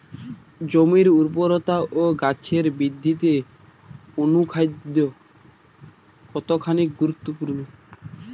জমির উর্বরতা ও গাছের বৃদ্ধিতে অনুখাদ্য কতখানি গুরুত্বপূর্ণ?